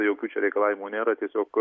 tai jokių čia reikalavimų nėra tiesiog